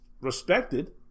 respected